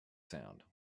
sound